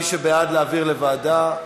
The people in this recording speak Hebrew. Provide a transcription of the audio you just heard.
מי שבעד להעביר לוועדה,